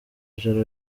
ijoro